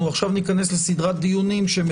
ניכנס לסדרת דיונים.